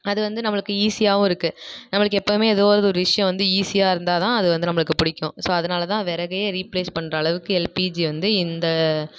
அது வந்து நம்மளுக்கு ஈஸியாகவும் இருக்குது நம்மளுக்கு எப்பவுமே ஏதாவது ஒரு விஷயம் வந்து ஈஸியாக இருந்தால்தான் அது வந்து நம்மளுக்கு பிடிக்கும் ஸோ அதனாலதான் விறகையே ரீபிளேஸ் பண்ணுற அளவுக்கு எல்பிஜி வந்து இந்த